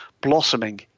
blossoming